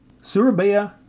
Surabaya